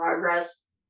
progress